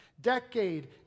Decade